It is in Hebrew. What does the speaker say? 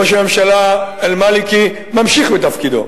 ראש הממשלה אל-מאלכי ממשיך בתפקידו.